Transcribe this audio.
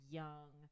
young